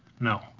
No